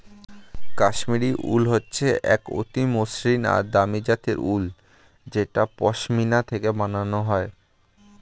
কাশ্মীরি উল হচ্ছে এক অতি মসৃন আর দামি জাতের উল যেটা পশমিনা থেকে বানানো হয়